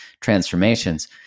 transformations